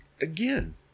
Again